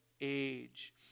age